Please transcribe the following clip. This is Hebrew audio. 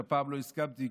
שהפעם לא הסכמתי,